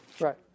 Right